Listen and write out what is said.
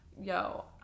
yo